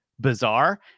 bizarre